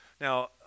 Now